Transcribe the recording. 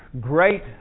great